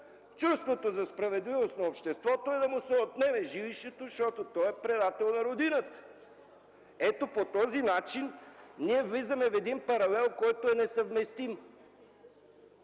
чувството за справедливост на обществото е да му отнеме жилището, защото той е предател на родината. Ето по този начин ние влизаме в един паралел, който е несъвместим.